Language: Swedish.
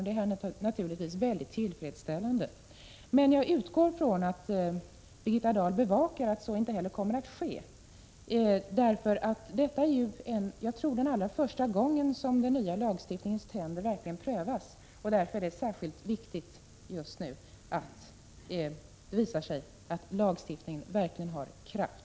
Det är naturligtvis tillfredsställande, men jag utgår från att Birgitta Dahl bevakar att så inte heller sker. Såvitt jag vet är detta allra första gången som verkan av den nya lagstiftningen prövas, och därför är det särskilt viktigt att det visar sig att lagstiftningen verkligen har kraft.